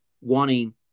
wanting